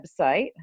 website